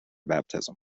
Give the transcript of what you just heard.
baptism